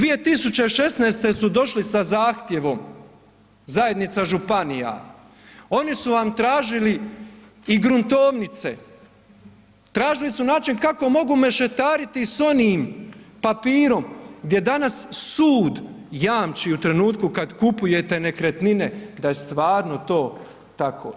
2016. su došli sa zahtjevom zajednica županija, oni su vam tražili i gruntovnice, tražili su način kako mogu mešetariti sa onim papirom gdje danas sud jamči u trenutku kad kupujete nekretnine, da je stvarno to tako.